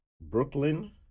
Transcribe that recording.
Brooklyn